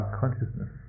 consciousness